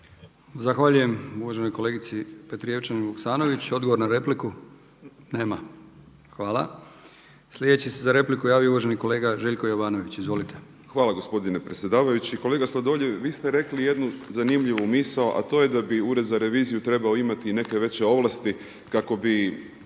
Zahvaljujem uvaženoj kolegici Petrijevčanin Vuksanović. Odgovor na repliku? Nema. Hvala. Sljedeći se za repliku javio uvaženi kolega Željko Jovanović. Izvolite. **Jovanović, Željko (SDP)** Hvala gospodine predsjedavajući. Kolega Sladoljev vi ste rekli jednu zanimljivu misao a to je da bi Ured za reviziju trebao imati i neke veće ovlasti kako bi